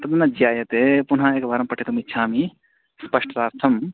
तन्न ज्ञायते पुनः एकवारं पठितुम् इच्छामि स्पष्टार्थम्